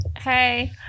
Hey